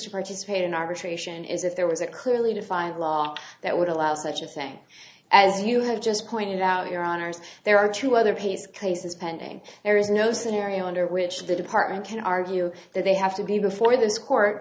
to participate in arbitration is if there was a clearly defined law that would allow such a thing as you have just pointed out your honour's there are two other place cases pending there is no scenario under which the department can argue that they have to be before this court